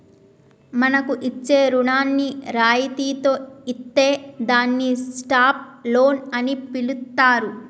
మనకు ఇచ్చే రుణాన్ని రాయితితో ఇత్తే దాన్ని స్టాప్ లోన్ అని పిలుత్తారు